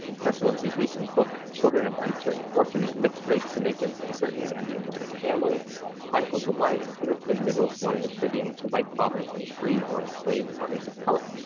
professor livesay's recent book, children of uncertain fortune mixed-race jamaicans in britain and the atlantic family chronicles the lives of hundreds of individuals born in the caribbean to white fathers and free or enslaved mothers of color,